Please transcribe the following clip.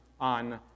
on